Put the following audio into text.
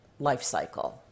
lifecycle